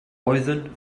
oeddwn